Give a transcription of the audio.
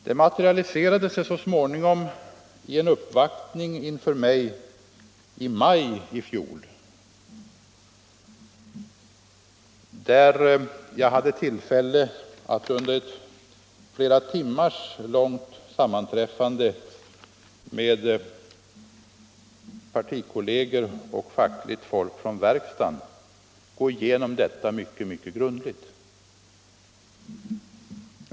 De materialiserade sig i en uppvaktning inför mig i fjol, där jag hade tillfälle att under ett flera timmars långt sammanträffande med partikolleger och fackliga företrädare från verkstaden gå igenom förhållandena mycket grundligt.